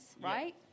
right